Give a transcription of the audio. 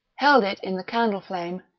held it in the candle flame,